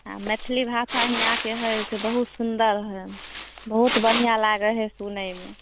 आओर मैथिली भाषा हिआँके हइ से बहुत सुन्दर हइ बहुत बढ़िआँ लागै हइ सुनैमे